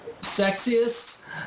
sexiest